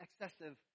excessive